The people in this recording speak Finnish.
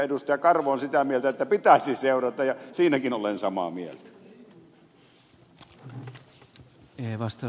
karvo on sitä mieltä että pitäisi seurata ja siinäkin olen samaa mieltä